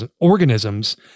organisms